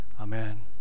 amen